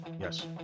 yes